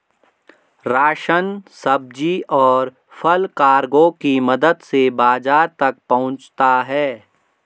ration, सब्जी, और फल कार्गो की मदद से बाजार तक पहुंचता है